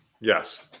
Yes